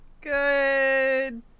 Good